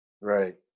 right